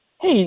hey